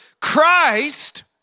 Christ